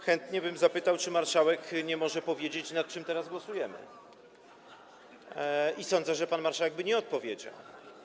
Chętnie bym zapytał, czy pan marszałek może powiedzieć, nad czym teraz głosujemy, i sądzę, że pan marszałek by nie odpowiedział.